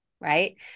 Right